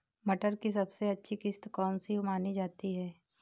मटर की सबसे अच्छी किश्त कौन सी मानी जाती है?